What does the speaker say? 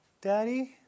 Daddy